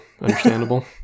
Understandable